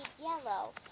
yellow